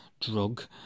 drug